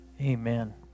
Amen